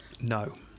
No